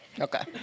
Okay